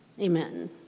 Amen